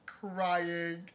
crying